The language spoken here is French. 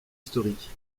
historiques